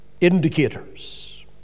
indicators